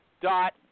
dot